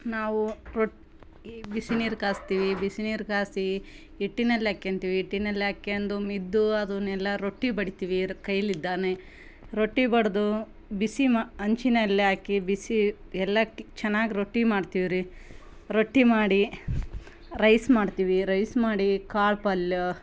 ನಾವು ರೊಟ್ಟಿ ಬಿಸಿ ನೀರು ಕಾಸ್ತೀವಿ ಬಿಸಿ ನೀರು ಕಾಸಿ ಹಿಟ್ಟಿನಲ್ ಹಾಕೆಂತಿವಿ ಹಿಟ್ಟಿನಲ್ ಹಾಕೆಂದು ಮಿದ್ದು ಅದನ್ನೆಲ್ಲ ರೊಟ್ಟಿ ಬಡಿತೀವಿ ಕೈಲಿಂದಾನೆ ರೊಟ್ಟಿ ಬಡಿದು ಬಿಸಿ ಮ ಹಂಚಿನಲ್ಲಿ ಹಾಕಿ ಬಿಸಿ ಎಲ್ಲಕ್ಕೂ ಚೆನ್ನಾಗಿ ರೊಟ್ಟಿ ಮಾಡ್ತೀವ್ರಿ ರೊಟ್ಟಿ ಮಾಡಿ ರೈಸ್ ಮಾಡ್ತೀವಿ ರೈಸ್ ಮಾಡಿ ಕಾಳು ಪಲ್ಯ